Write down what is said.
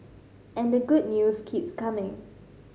and the good news keeps coming